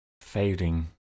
fading